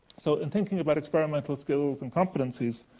so, in thinking about experimental skills and competencies,